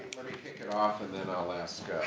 let me kick it off, and then i'll ask